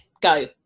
go